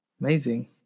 Amazing